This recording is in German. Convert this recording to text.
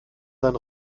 sein